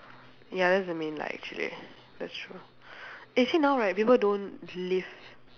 ya that's the main lah actually that's true actually now right people don't live